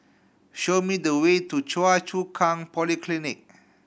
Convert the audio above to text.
show me the way to Choa Chu Kang Polyclinic